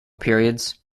periods